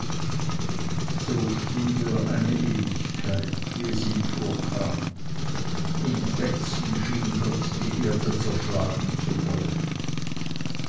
so stund er eine ewigkeit wie es ihm vorkam in fetzen schien gott die erde zerschlagen zu wollen